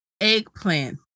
eggplant